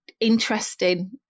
interesting